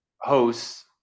hosts